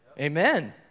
Amen